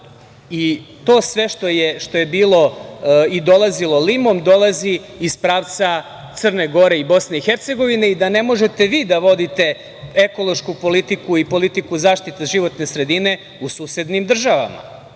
i to sve što je bilo i dolazilo Limom, dolazi iz pravca Crne Gore i Bosne i Hercegovine i da ne možete vi da vodite ekološku politiku i politiku zaštite životne sredine u susednim državama. Mislim